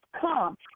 come